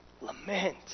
lament